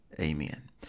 Amen